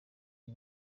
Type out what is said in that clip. y’i